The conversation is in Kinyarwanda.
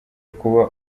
kuba